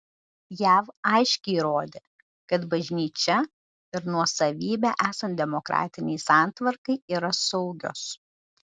jav aiškiai rodė kad bažnyčia ir nuosavybė esant demokratinei santvarkai yra saugios